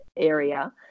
Area